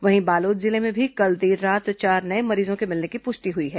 वहीं बालोद जिले में भी कल देर रात चार नए मरीजों के मिलने की पुष्टि हुई है